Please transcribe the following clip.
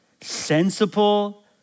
sensible